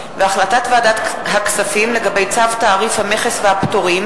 החלטת ועדת הכספים לגבי צו תעריף המכס והפטורים